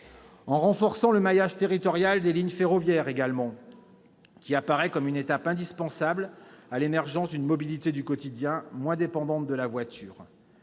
de renforcer le maillage territorial des lignes ferroviaires, qui apparaît comme une étape indispensable à l'émergence d'une mobilité du quotidien moins dépendante de la voiture.